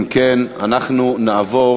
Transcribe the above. אם כן, אנחנו נעבור